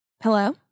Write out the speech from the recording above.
hello